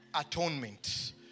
Atonement